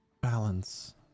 Balance